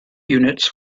units